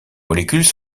molécules